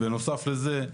ובנוסף לזה,